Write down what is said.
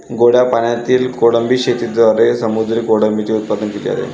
गोड्या पाण्यातील कोळंबी शेतीद्वारे समुद्री कोळंबीचे उत्पादन केले जाते